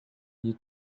you